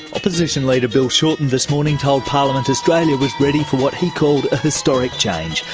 opposition leader bill shorten this morning told parliament australia was ready for what he called a historic change.